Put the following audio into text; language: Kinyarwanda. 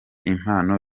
impano